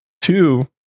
Two